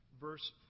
verse